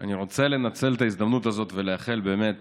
אני רוצה לנצל את ההזדמנות הזאת ולאחל באמת